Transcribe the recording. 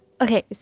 okay